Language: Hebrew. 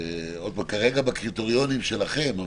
כרגע בקריטריונים שלכם,